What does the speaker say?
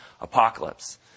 apocalypse